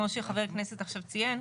כמו שחבר הכנסת עכשיו ציין.